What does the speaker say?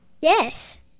Yes